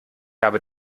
habe